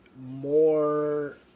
more